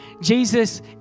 Jesus